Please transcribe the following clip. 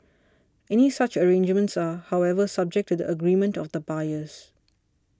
any such arrangements are however subject to the agreement of the buyers